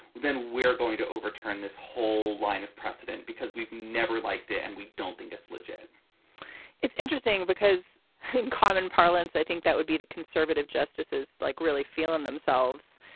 then we're going to overturn this whole line of precedent because we've never liked it and we don't think it's legit it's interesting because in common parlance, i think that would be the conservative justices like really feel in themselves.